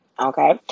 Okay